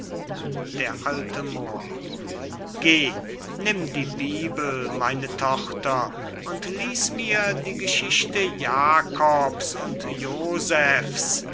d a moor geh nimm die bibel meine tochter und lies mir die geschichte jakobs und josephs